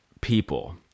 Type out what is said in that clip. people